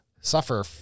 suffer